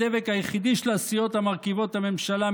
הדבק היחידי של הסיעות המרכיבות את הממשלה,